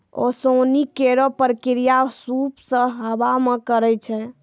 ओसौनी केरो प्रक्रिया सूप सें हवा मे करै छै